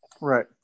right